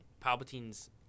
Palpatine's